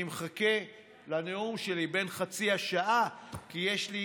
אני מחכה לנאום שלי בן חצי השעה, כי יש לי